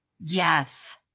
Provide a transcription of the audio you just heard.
Yes